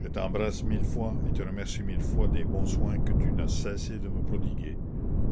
je t'embrasse mille fois et te remercie mille fois des bons soins que tu n'as cessé de me prodiguer